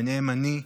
וביניהם אני,